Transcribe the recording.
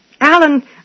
Alan